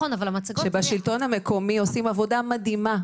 אבל המצגות --- בשלטון המקומי עושים עבודה מדהימה.